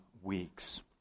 weeks